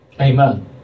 Amen